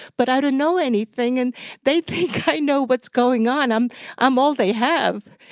but i don't know anything, and they think i know what's going on. i'm i'm all they have!